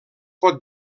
pot